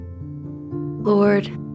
Lord